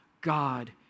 God